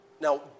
Now